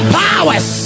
powers